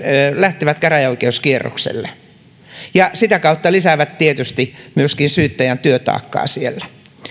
lähtevät käräjäoikeuskierrokselle ja sitä kautta lisäävät tietysti myöskin syyttäjän työtaakkaa siellä